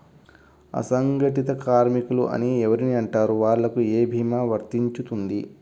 అసంగటిత కార్మికులు అని ఎవరిని అంటారు? వాళ్లకు ఏ భీమా వర్తించుతుంది?